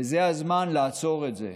וזה הזמן לעצור את זה,